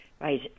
right